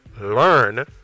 learn